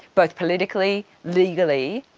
both politically, legally,